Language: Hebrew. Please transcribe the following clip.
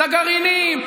את הגרעינים,